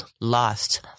lost